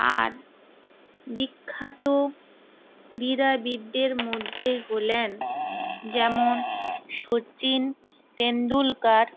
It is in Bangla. আর বিখ্যাত ক্রীড়াবিদদের মধ্যে হলেন যেমন শচীন তেণ্ডুলকর